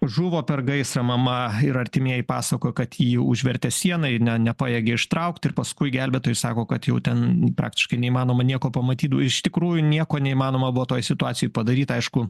žuvo per gaisrą mama ir artimieji pasakojo kad jį užvertė siena ji ne nepajėgė ištraukt ir paskui gelbėtojai sako kad jau ten praktiškai neįmanoma nieko pamatyt o iš tikrųjų nieko neįmanoma buvo toj situacijoj padaryt aišku